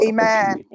Amen